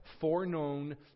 foreknown